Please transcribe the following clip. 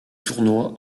tournois